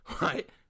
Right